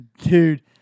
dude